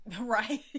Right